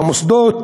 במוסדות,